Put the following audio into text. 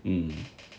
mm